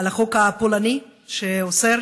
על החוק הפולני שאוסר